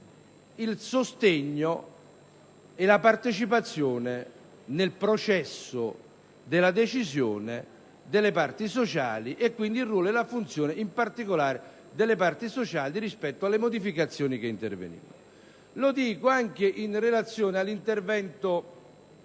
il sostegno e la partecipazione nel processo della decisione delle parti sociali e, quindi, il ruolo e la funzione, in particolare delle parti sociali, rispetto alle modificazioni che intervengono. Lo dico anche in relazione all'intervento